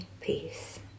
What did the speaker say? peace